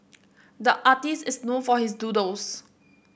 the artist is known for his doodles